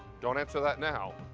don't answer that now.